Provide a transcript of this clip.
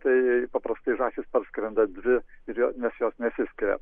tai paprastai žąsys parskrenda dvi ir jo nes jos nesiskiria